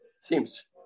Seems